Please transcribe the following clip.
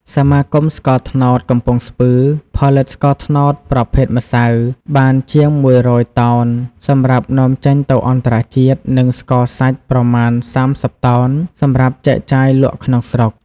សមាគមស្ករត្នោតកំពង់ស្ពឺ ផលិតស្ករត្នោតប្រភេទម្យៅបានជាង១០០តោន សម្រាប់នាំចេញទៅអន្តរជាតិ និងស្ករសាច់ប្រមាណ៣០តោន សម្រាប់ចែកចាយលក់ក្នុងស្រុក។